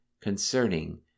concerning